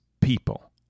people